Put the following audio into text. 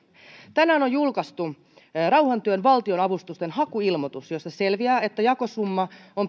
tänään on julkaistu rauhantyön valtionavustusten hakuilmoitus josta selviää että jakosumma on